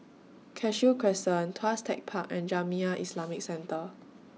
Cashew Crescent Tuas Tech Park and Jamiyah Islamic Centre